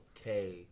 okay